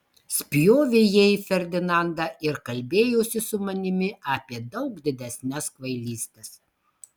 spjovė jie į ferdinandą ir kalbėjosi su manimi apie daug didesnes kvailystes